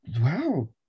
wow